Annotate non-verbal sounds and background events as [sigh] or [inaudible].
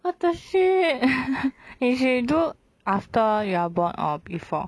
what the shit [laughs] eh she do after you are born or before